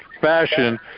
fashion